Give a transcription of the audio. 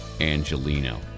Angelino